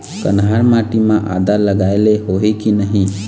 कन्हार माटी म आदा लगाए ले होही की नहीं?